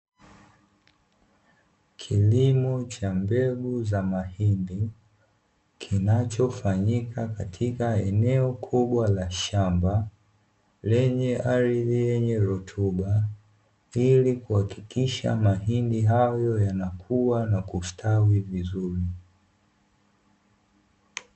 Kilimo cha mbegu za mahindi kinachofanyika katika eneo kubwa la shamba lenye ardhi yenye rutuba ikihakikisha mahindi hayo yanakuwa na kustawi vizuri.